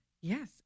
Yes